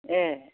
ए